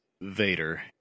Vader